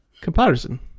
Comparison